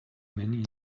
many